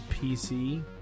PC